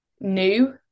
new